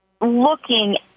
looking